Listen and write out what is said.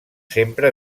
sempre